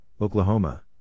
Oklahoma